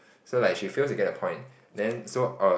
so like she fails to get the point then so I was